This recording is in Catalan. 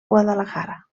guadalajara